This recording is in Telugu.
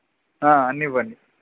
అన్ని ఇవ్వండి